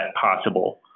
possible